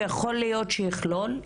שיכול להיות שיכלול.